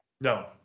No